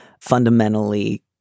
fundamentally